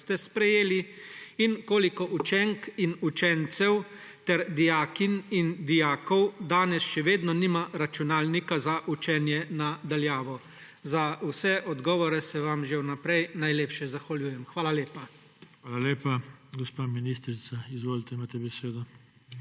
ste sprejeli? Koliko učenk in učencev ter dijakinj in dijakov danes še vedno nima računalnika za učenje na daljavo? Za vse odgovore se vam že vnaprej najlepše zahvaljujem. Hvala lepa. PODPREDSEDNIK JOŽE TANKO: Hvala lepa. Gospa ministrica, izvolite, imate besedo.